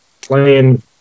playing